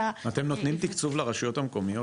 אתם נותנים תקצוב לרשויות המקומיות,